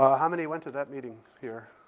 ah how many went to that meeting here?